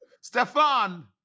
Stefan